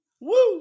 Woo